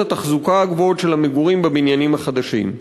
התחזוקה הגבוהות של המגורים בבניינים החדשים.